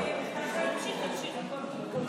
תמשיך, תמשיך, הכול טוב.